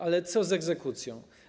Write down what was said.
Ale co z egzekucją?